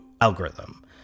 algorithm